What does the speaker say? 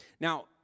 now